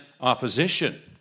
opposition